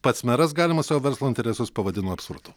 pats meras galimus savo verslo interesus pavadino absurdu